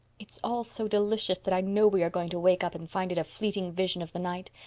it's all so delicious that i know we are going to wake up and find it a fleeting vision of the night,